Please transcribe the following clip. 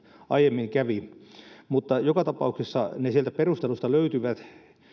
aiemmin kävi mutta joka tapauksessa ne sieltä perusteluista löytyvät